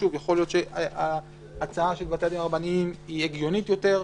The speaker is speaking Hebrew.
יכול להיות שההצעה של בתי הדין הרבניים הגיונית יותר,